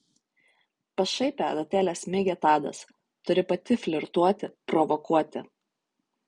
pašaipią adatėlę smeigė tadas turi pati flirtuoti provokuoti